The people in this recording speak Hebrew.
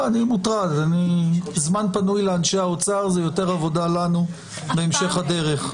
אני מוטרד זמן פנוי לאנשי האוצר זה יותר עבודה לנו בהמשך הדרך.